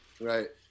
Right